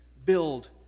Build